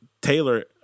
Taylor